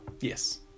Yes